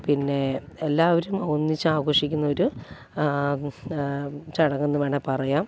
പിന്നേ എല്ലാവരും ഒന്നിച്ച് ആഘോഷിക്കുന്ന ഒരു ചടങ്ങെന്ന് വേണമെങ്കിൽ പറയാം